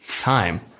time